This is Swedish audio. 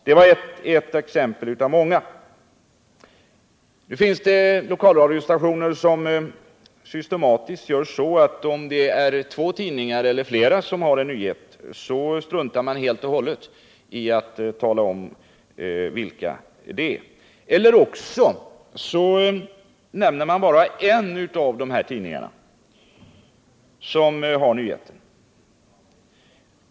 Detta är bara ett exempel av många. Det finns lokalradiostationer som systematiskt gör så, att om två tidningar eller flera tidningar har samma nyhet struntar man helt och hållet i att tala om vilka tidningar det är, eller också nämner man bara en av de tidningar som har nyheten.